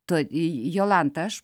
tuoj jolanta aš